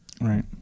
right